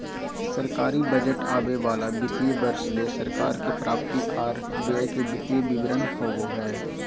सरकारी बजट आवे वाला वित्तीय वर्ष ले सरकार के प्राप्ति आर व्यय के वित्तीय विवरण होबो हय